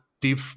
Deep